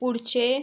पुढचे